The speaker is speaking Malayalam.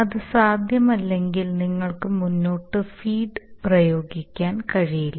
അത് സാധ്യമല്ലെങ്കിൽ നിങ്ങൾക്ക് മുന്നോട്ട് ഫീഡ് പ്രയോഗിക്കാൻ കഴിയില്ല